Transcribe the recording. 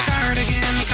Cardigan